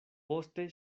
poste